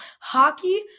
Hockey